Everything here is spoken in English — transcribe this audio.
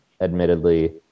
admittedly